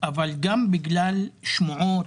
אבל גם בגלל שמועות,